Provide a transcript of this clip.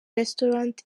restaurant